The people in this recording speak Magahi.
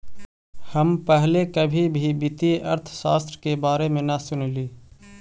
हम पहले कभी भी वित्तीय अर्थशास्त्र के बारे में न सुनली